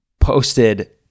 posted